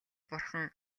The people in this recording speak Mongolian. бурхан